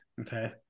Okay